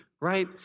right